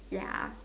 ya